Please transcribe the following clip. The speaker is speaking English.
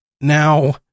Now